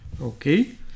Okay